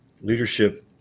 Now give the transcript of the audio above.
Leadership